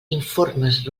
informes